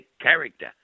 character